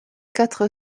quatre